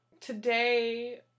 today